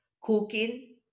cooking